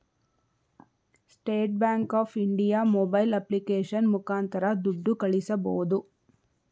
state bank of India mobile application ಮುಖಾಂತರ ದುಡ್ಡು ಕಳಿಸಬೋದು